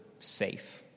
safe